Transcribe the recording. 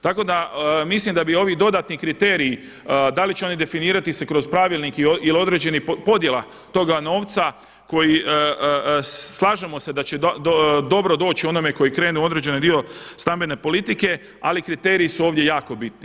Tako da mislim da bi ovi dodatni kriteriji, da li će oni definirati se kroz pravilnik ili određenih podjela toga novca koji slažemo se da će dobro doći onome koji krene u određeni dio stambene politike, ali kriteriji su ovdje jako bitni.